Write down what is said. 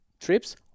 trips